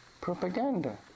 propaganda